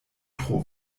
tro